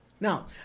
Now